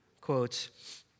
quotes